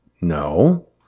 No